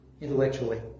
intellectually